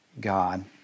God